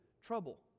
trouble